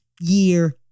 year